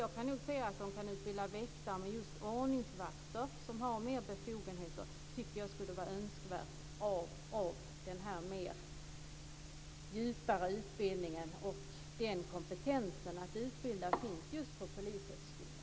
Jag kan nog inse att de kan utbilda väktare, men jag tycker att det är önskvärt att just ordningsvakter, som har fler befogenheter, får denna mer djupa utbildning. Den kompetensen att utbilda finns just på Polishögskolan.